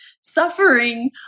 suffering